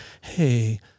hey